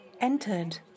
entered